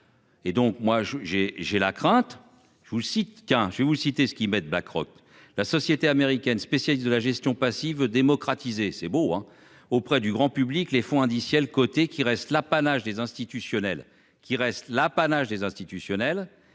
je vous cite, qu'un, je vais vous citer ceux qui mettent bas Croque la société américaine spécialiste de la gestion passive démocratisé c'est beau hein auprès du grand public, les fonds indiciels côtés qui reste l'apanage des institutionnels qui reste l'apanage des institutionnels.